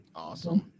Awesome